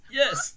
yes